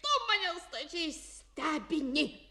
tu mane stačiai stebini